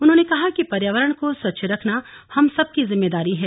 उन्होंने कहा कि पर्यावरण को स्वच्छ रखना हम सबकी जिम्मेदारी है